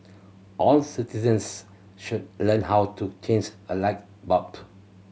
all citizens should learn how to change a light bump